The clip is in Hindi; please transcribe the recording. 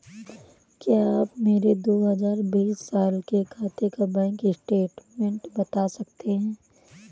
क्या आप मेरे दो हजार बीस साल के खाते का बैंक स्टेटमेंट बता सकते हैं?